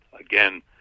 Again